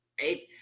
right